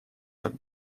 так